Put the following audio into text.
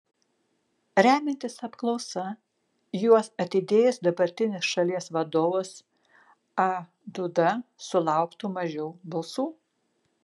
remiantis apklausa juos atidėjus dabartinis šalies vadovas a duda sulauktų mažiau balsų